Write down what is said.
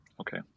okay